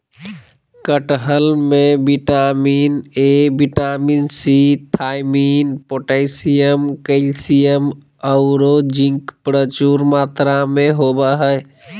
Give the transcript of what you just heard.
कटहल में vitamin A, vitamin C, thiamine, potassium, calcium औरो जिंक प्रचुर मात्रा में होबा हइ